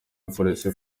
polisi